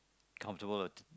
comfortable